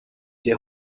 der